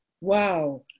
Wow